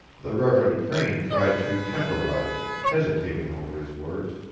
the reverend crane tried to temporize, hesitating over his words.